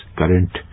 current